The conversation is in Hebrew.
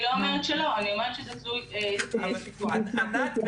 אני אומרת ש- -- ענת,